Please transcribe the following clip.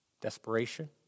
Desperation